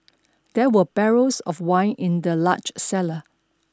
there were barrels of wine in the large cellar